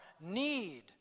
need